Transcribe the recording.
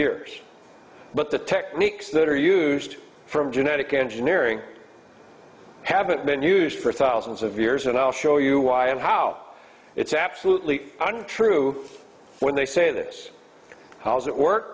years but the techniques that are used from genetic engineering haven't been used for thousands of years and i'll show you why and how it's absolutely true when they say this how does it work